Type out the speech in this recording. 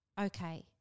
okay